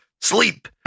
Sleep